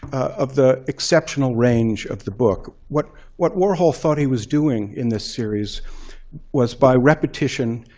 of the exceptional range of the book. what what warhol thought he was doing in this series was, by repetition,